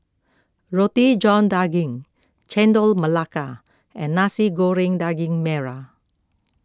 Roti John Daging Chendol Melaka and Nasi Goreng Daging Merah